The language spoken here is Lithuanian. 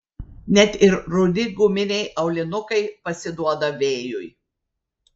net ir rudi guminiai aulinukai pasiduoda vėjui